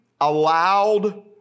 allowed